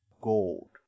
gold